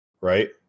right